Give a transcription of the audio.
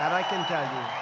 i can tell you.